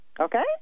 Okay